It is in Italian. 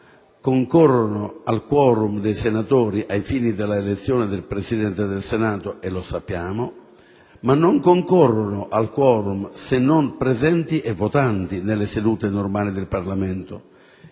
concorrono al *quorum* dei senatori ai fini dell'elezione del Presidente del Senato - e lo sappiamo - ma non concorrono al *quorum* se non presenti e votanti nelle sedute normali del Parlamento.